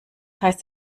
heißt